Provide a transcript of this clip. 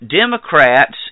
Democrats